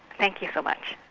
thank you so much.